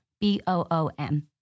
B-O-O-M